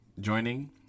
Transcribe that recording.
joining